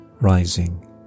rising